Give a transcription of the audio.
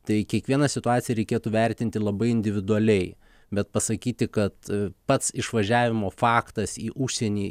tai kiekvieną situaciją reikėtų vertinti labai individualiai bet pasakyti kad pats išvažiavimo faktas į užsienį